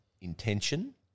intention